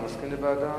אתה מסכים לוועדה?